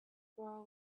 squirrel